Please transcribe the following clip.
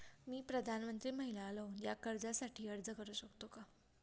मी प्रधानमंत्री महिला लोन या कर्जासाठी अर्ज करू शकतो का?